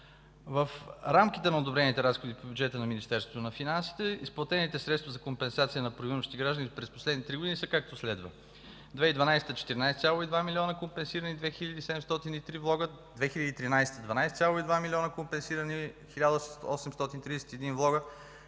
В рамките на одобрените разходи в бюджета на Министерството на финансите изплатените средства за компенсация на правоимащи граждани през последните три години са, както следва: 2012 г. – 14,2 млн. лв., компенсирани 2703 влога;